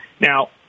Now